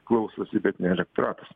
klausosi bet ne elektoratas